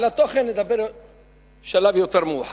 על התוכן נדבר בשלב יותר מאוחר.